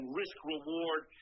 risk-reward